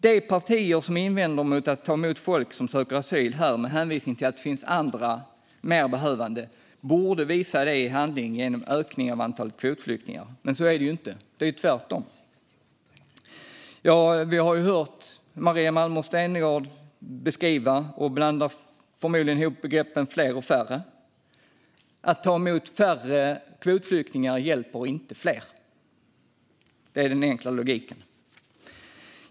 De partier som invänder mot att ta emot folk som söker asyl här med hänvisning till att det finns andra mer behövande borde visa det i handling genom en ökning av antalet kvotflyktingar, men så är det ju inte, utan det är tvärtom. Vi har hört Maria Malmer Stenergard beskriva detta, och hon blandar förmodligen ihop begreppen "fler" och "färre". Att ta emot färre kvotflyktingar hjälper inte fler. Det är den enkla logiken.